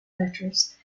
letters